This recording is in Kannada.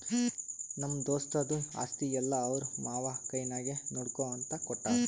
ನಮ್ಮ ದೋಸ್ತದು ಆಸ್ತಿ ಎಲ್ಲಾ ಅವ್ರ ಮಾಮಾ ಕೈನಾಗೆ ನೋಡ್ಕೋ ಅಂತ ಕೊಟ್ಟಾರ್